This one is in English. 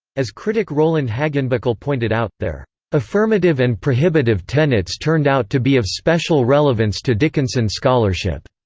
as critic roland hagenbuchle pointed out, their affirmative and prohibitive tenets turned out to be of special relevance to dickinson scholarship.